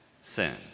sin